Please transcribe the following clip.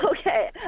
Okay